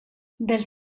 del